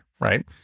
right